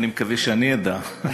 אני מקווה שאני אדע.